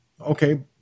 Okay